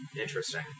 Interesting